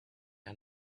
and